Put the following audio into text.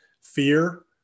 Fear